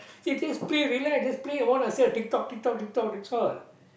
just play relax just play among ourselves tick tock tick tock tick tock that's all